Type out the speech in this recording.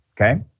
Okay